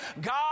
God